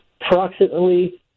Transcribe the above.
approximately